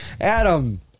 Adam